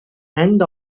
end